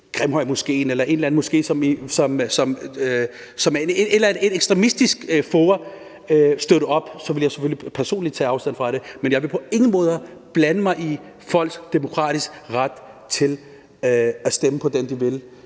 Grimhøjmoskeen, eller et eller andet, som et ekstremistisk forum støtter op om, så ville tage afstand fra det. Men jeg vil på ingen måder blande mig i folks demokratiske ret til at stemme på den, de vil,